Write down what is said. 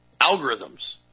Algorithms